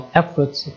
efforts